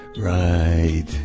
Right